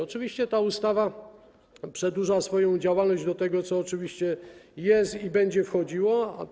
Oczywiście ta ustawa przedłuża swoją działalność do tego, co oczywiście jest i będzie wchodziło.